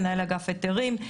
מנהל אגף היתרים,